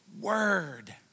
word